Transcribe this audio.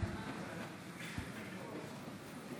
(שירת התקווה)